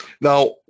now